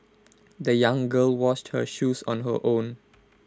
the young girl washed her shoes on her own